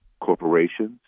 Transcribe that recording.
Corporations